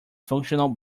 functional